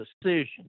decision